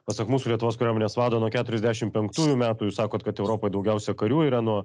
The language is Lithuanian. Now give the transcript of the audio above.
pasak mūsų lietuvos kariuomenės vado nuo keturiasdešim penktųjų metų jūs sakot kad europoj daugiausia karių yra nuo